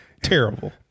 Terrible